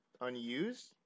unused